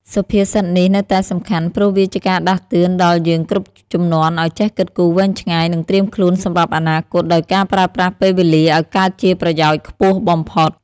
សុភាសិតនេះនៅតែសំខាន់ ព្រោះវាជាការដាស់តឿនដល់យើងគ្រប់ជំនាន់ឱ្យចេះគិតគូរវែងឆ្ងាយ និងត្រៀមខ្លួនសម្រាប់អនាគតដោយការប្រើប្រាស់ពេលវេលាឱ្យកើតជាប្រយោជន៍ខ្ពស់បំផុត ។